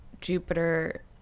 Jupiter